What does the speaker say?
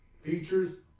Features